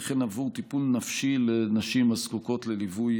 וכן לתת טיפול נפשי לנשים הזקוקות לליווי